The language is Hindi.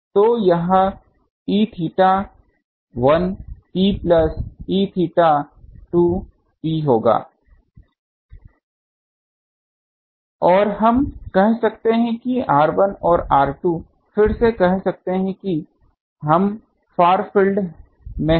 तो यह Eθ1 प्लस Eθ2 होगा और हम कह सकते हैं कि r1 और r2 फिर से कहते हैं कि हम फार फील्ड में हैं